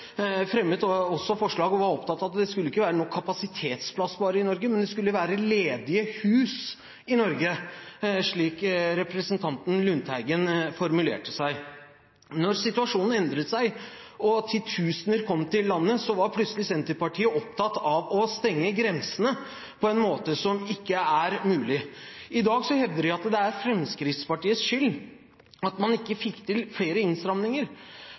fremmet også forslag om og var opptatt av at det ikke bare skulle være kapasitetsplass i Norge, det skulle være ledige hus i Norge, slik representanten Lundteigen formulerte seg. Når situasjonen endret seg og titusener kom til landet, var Senterpartiet plutselig opptatt av å stenge grensene på en måte som ikke er mulig. I dag hevder de at det er Fremskrittspartiets skyld at man ikke fikk til flere